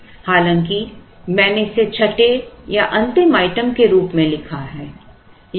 हालांकि मैंने इसे छठे या अंतिम आइटम के रूप में लिखा है